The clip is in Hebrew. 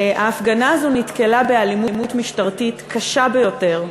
ההפגנה הזאת נתקלה באלימות משטרתית קשה ביותר,